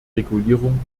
regulierung